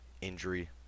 injury